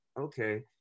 okay